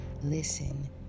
listen